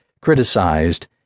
criticized